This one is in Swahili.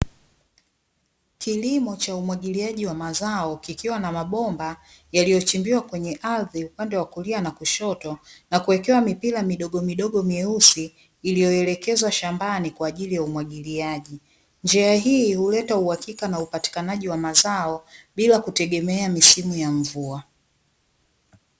Kilimo cha umwagiliaji wa mazao kikiwa na mabomba yaliyochimbiwa kwenye ardhi upande wa kulia na kushoto, na kuwekewa mipira midogomidogo meusi iliyoelekezwa shambani kwa ajili ya umwagiliaji. Njia hii huleta uhakika na upatikanaji wa mazao, bila kutegemea misimu ya mvua.